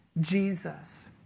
Jesus